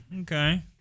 okay